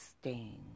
sting